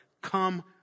Come